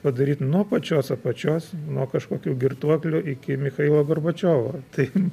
padaryt nuo pačios apačios nuo kažkokio girtuoklio iki michailo gorbačiovo tai